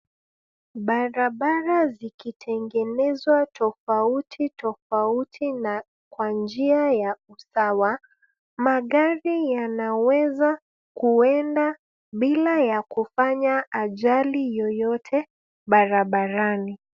Barabara zikitengenezwa tofauti tofauti na kwa njia ya usawa. Magari yanaweza kuenda bila ya kufanya ajali yoyote barabarani.